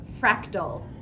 Fractal